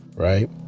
Right